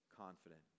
confident